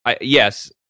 yes